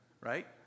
right